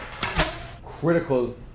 critical